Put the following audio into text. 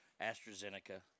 AstraZeneca